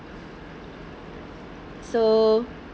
so